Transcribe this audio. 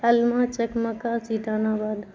علمہ چکمکہ چیٹان آباد